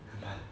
like